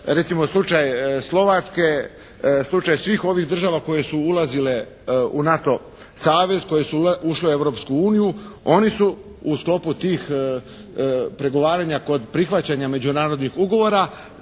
Recimo slučaj Slovačke, slučaj svih ovih država koje su ulazile u NATO savez, koje u ušle u Europsku uniju. Oni su u sklopu tih pregovaranja kod prihvaćanja međunarodnih ugovora